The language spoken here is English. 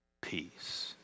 Peace